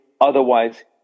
Otherwise